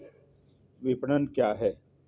विपणन क्या होता है?